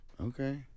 Okay